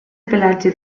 pelatge